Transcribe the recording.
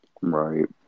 Right